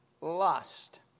lust